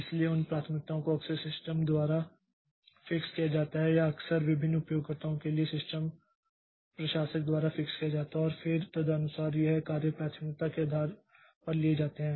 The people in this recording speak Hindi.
इसलिए इन प्राथमिकताओं को अक्सर सिस्टम द्वारा फिक्स किया जाता है या अक्सर विभिन्न उपयोगकर्ताओं के लिए सिस्टम प्रशासक द्वारा फिक्स किया जाता है और फिर तदनुसार यह कार्य प्राथमिकता के आधार पर लिए जाते हैं